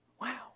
wow